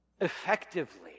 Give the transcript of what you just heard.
effectively